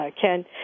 Ken